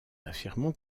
affirmons